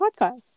podcast